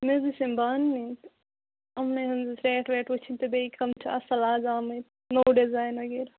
مےٚ حظ ٲسۍ یِم بانہٕ نِنۍ تہٕ یِمنٕے ہٕنٛز سٮ۪ٹ وٮ۪ٹ وٕچھِنۍ تہٕ بیٚیہِ کَم چھِ اَصٕل آز آمٕتۍ نوٚو ڈِزایِن وغیرہ